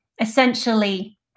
essentially